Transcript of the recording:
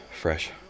Fresh